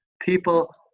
people